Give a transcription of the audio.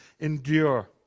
endure